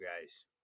guys